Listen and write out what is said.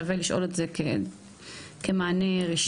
שווה לשאול את זה לשאול כמענה רשמי.